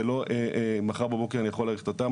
זה לא מחר בבוקר אני יכול להאריך את התמ"א.